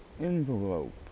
Envelope